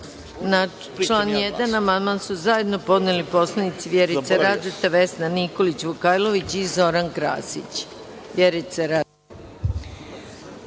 član 1. amandman su zajedno podneli poslanici Vjerica Radeta, Vesna Nikolić Vukajlović i Zoran Krasić. Reč